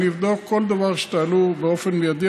אני אבדוק כל דבר שתעלו באופן מיידי,